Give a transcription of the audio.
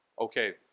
okay